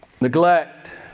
neglect